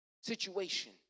situation